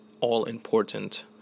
all-important